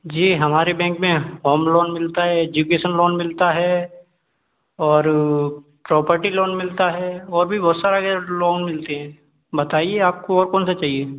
जी हमारे बैंक में home loan मिलता है एजुकेसन लोन मिलता है और प्रॉपर्टी लोन मिलता है और भी बहुत सारा के लोन मिलते हैं बताइए आपको और कौन सा चाहिए